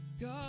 God